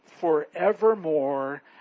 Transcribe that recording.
forevermore